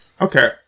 Okay